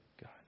God